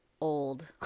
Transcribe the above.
old